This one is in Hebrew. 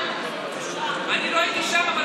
אני לא הייתי שם,